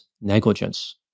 negligence